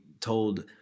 told